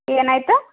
ಏನಾಯಿತು